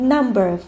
Number